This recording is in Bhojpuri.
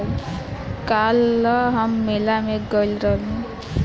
काल्ह हम मेला में गइल रहनी